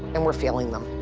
and we're failing them.